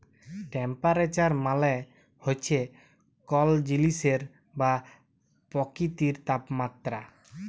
temperature মালে হছে কল জিলিসের বা পকিতির তাপমাত্রা